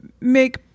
make